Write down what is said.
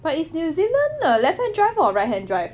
but is new zealand a left hand drive or right hand drive